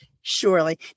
surely